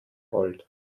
rollt